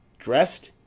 dress'd,